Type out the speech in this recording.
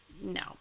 no